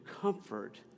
comfort